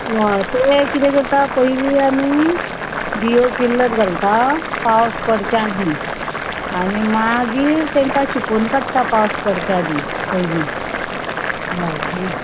हय पळोवया किदें करता पयली आमी बिंयो किल्लत घालता पावस पडच्या आदीं आनी मागीर तेंकां शिंपोवन काडटा पावस पडच्या आदीं पयली हॉ